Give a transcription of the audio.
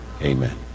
Amen